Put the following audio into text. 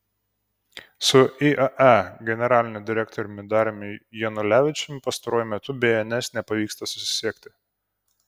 su iae generaliniu direktoriumi dariumi janulevičiumi pastaruoju metu bns nepavyksta susisiekti